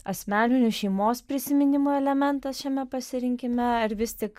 asmeninių šeimos prisiminimų elementas šiame pasirinkime ar vis tik